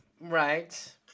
Right